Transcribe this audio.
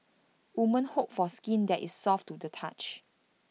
women hope for skin that is soft to the touch